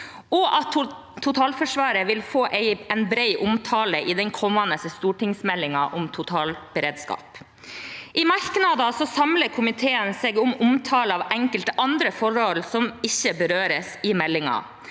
og at totalforsvaret vil få en bred omtale i den kommende stortingsmeldingen om totalberedskap. I merknadene samler komiteen seg om omtale av enkelte andre forhold som ikke berøres i meldingen.